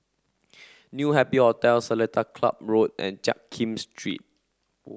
new Happy Hotel Seletar Club Road and Jiak Kim Street